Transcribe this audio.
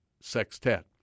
sextet